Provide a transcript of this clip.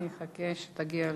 אני אחכה שתגיע למקומך.